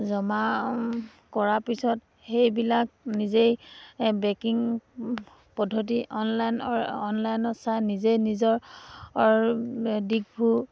জমা কৰাৰ পিছত সেইবিলাক নিজেই বেংকিং পদ্ধতি অনলাইনৰ অনলাইনত চাই নিজেই নিজৰ দিশবোৰ